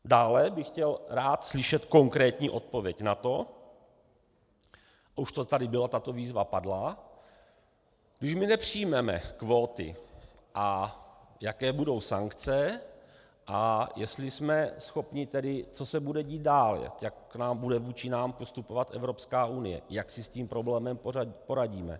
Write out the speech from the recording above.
Dále bych chtěl rád slyšet konkrétní odpověď na to, už to tady bylo, tato výzva padla, když my nepřijmeme kvóty, jaké budou sankce a jestli jsme schopni tedy co se bude dít dál, jak bude vůči nám postupovat Evropská unie, jak si s tím problémem poradíme.